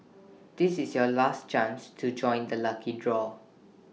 this is your last chance to join the lucky draw